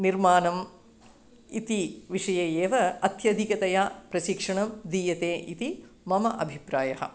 निर्माणम् इति विषये एव अत्याधिकतया प्रशिक्षणं दीयते इति मम अभिप्रायः